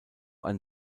ein